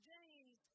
James